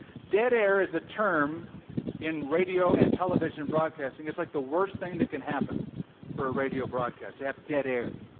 dead air is a term in radio and television broadcasting, it's like the worst thing that can happen for a radio broadcast to have dead air.